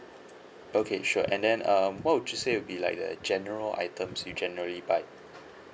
okay sure and then um what would you say would be like the general items you generally buy